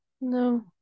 No